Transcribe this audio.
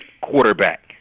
quarterback